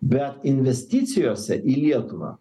bet investicijose į lietuvą